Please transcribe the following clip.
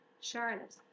Charlotte